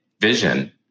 vision